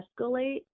escalate